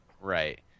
right